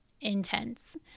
intense